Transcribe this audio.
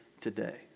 today